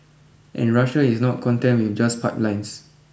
and Russia is not content with just pipelines